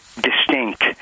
distinct